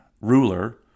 ruler